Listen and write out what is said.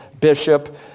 bishop